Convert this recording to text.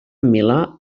milà